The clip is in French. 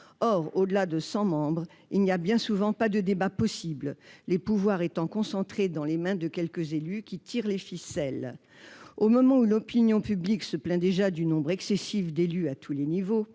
Or, au-delà de 100 membres, il n'y a bien souvent pas de débat possible, les pouvoirs étant concentrés dans les mains de quelques élus qui tirent les ficelles. Au moment où l'opinion publique se plaint déjà du nombre excessif d'élus à tous les niveaux,